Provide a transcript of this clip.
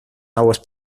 aguas